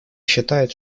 считает